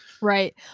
Right